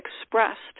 expressed